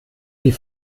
die